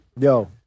Yo